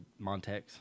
Montex